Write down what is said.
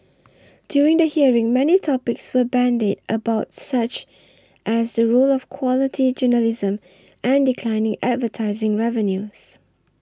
during the hearing many topics were bandied about such as the role of quality journalism and declining advertising revenues